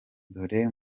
dore